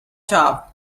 job